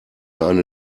eine